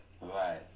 Right